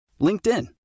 LinkedIn